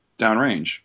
downrange